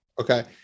Okay